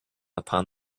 upon